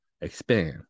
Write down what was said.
expand